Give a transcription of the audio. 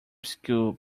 school